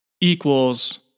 equals